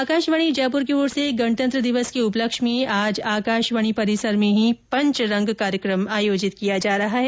आकाशवाणी जयपुर की ओर से गणतंत्र दिवस के उपलक्ष में आज आकाशवाणी परिसर में पंचरंग कार्यक्रम आयोजित किया जा रहा है